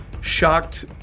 shocked